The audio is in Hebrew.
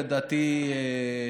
לדעתי,